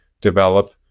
develop